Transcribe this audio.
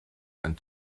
and